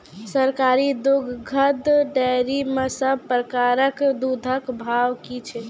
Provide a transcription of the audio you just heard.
सरकारी दुग्धक डेयरी मे सब प्रकारक दूधक भाव की छै?